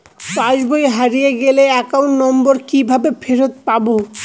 পাসবই হারিয়ে গেলে account number কিভাবে ফেরত পাব?